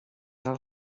del